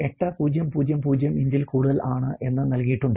8000 ഇഞ്ചിൽ കൂടുതൽ ആണ് എന്ന് നൽകിയിട്ടുണ്ട്